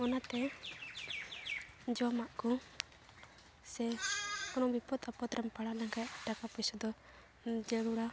ᱚᱱᱟᱛᱮ ᱡᱚᱢᱟᱜ ᱠᱚ ᱥᱮ ᱠᱚᱱᱚ ᱵᱤᱯᱚᱫ ᱟᱯᱚᱫ ᱨᱮᱢ ᱯᱟᱲᱟᱣ ᱞᱮᱱᱠᱷᱟᱡ ᱴᱟᱠᱟ ᱯᱚᱭᱥᱟ ᱫᱚ ᱡᱟᱹᱨᱩᱲᱟ